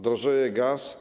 Drożeje gaz.